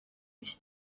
iki